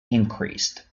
increased